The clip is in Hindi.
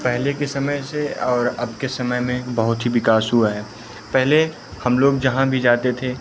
पहले के समय से और अब के समय में बहुत ही विकास हुआ है पहले हम लोग जहाँ भी जाते थे